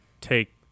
take